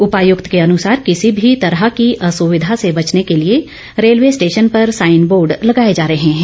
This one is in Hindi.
उपायुक्त के अनुसार किसी भी तरह की असुविधा से बचने के लिए रेलवे स्टेशन पर साईन बोर्ड लगाए जा रहे हैं